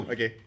Okay